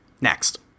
Next